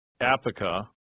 Apica